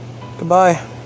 goodbye